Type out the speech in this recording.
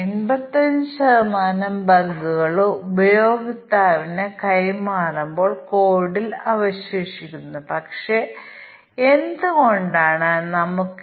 input വേരിയബിളുകൾ തമ്മിലുള്ള logical ബന്ധം ഇൻപുട്ട് വേരിയബിളുകളുടെ സബ്സെറ്റ് ഉൾപ്പെടുന്ന കണക്കുകൂട്ടൽ ഇൻപുട്ടും